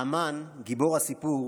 האומן, גיבור הסיפור,